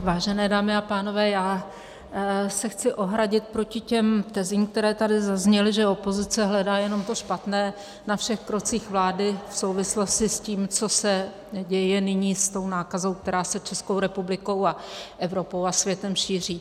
Vážené dámy a pánové, já se chci ohradit proti těm tezím, které tady zazněly, že opozice hledá jenom to špatné na všech krocích vlády v souvislosti s tím, co se děje nyní s tou nákazou, která se Českou republikou a Evropou a světem šíří.